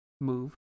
move